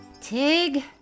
Tig